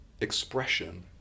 expression